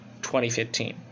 2015